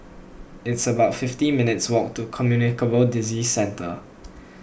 it's about fifty minutes walk to Communicable Disease Centre